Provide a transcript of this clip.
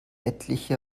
etliche